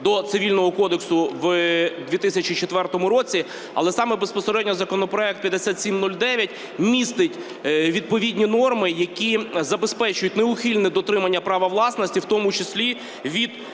до Цивільного кодексу у 2004 році. Але саме безпосередньо законопроект 5709 містить відповідні норми, які забезпечують неухильне дотримання права власності, в тому числі від